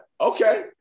okay